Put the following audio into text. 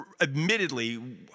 admittedly